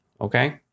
okay